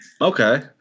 okay